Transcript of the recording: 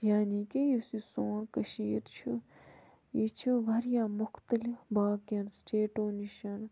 یعنی کہِ یُس یہِ سون کٔشیٖر چھِ یہِ چھِ واریاہ مختلف باقیَن سِٹیٹو نِش